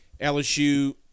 LSU